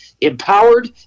empowered